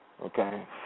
Okay